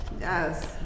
Yes